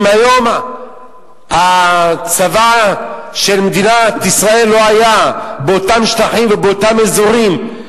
אם היום הצבא של מדינת ישראל לא היה באותם שטחים ובאותם אזורים,